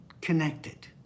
connected